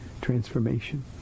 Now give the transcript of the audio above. transformation